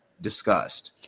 discussed